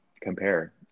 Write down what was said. compare